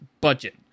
budget